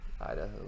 Idaho